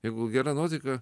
jeigu gera nuotaika